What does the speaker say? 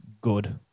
good